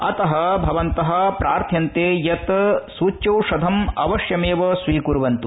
अतः भवन्तः प्रार्थ्यन्ते यत् सूच्यौषधम् अवश्यमेव स्वीक्वन्त्